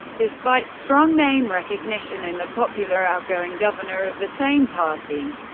despite strong name recognition and a popular outgoing governor of the same party,